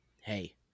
Hey